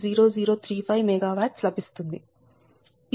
0035 MW లభిస్తుంది